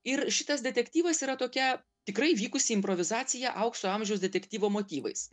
ir šitas detektyvas yra tokia tikrai vykusi improvizacija aukso amžiaus detektyvo motyvais